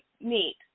meet